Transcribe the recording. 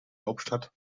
hauptstadt